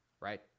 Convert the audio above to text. right